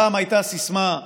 פעם הייתה סיסמה,